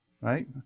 right